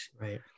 right